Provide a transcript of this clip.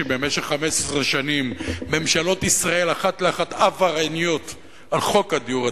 שבמשך 15 שנים ממשלות ישראל אחת לאחת עברייניות על חוק הדיור הציבורי,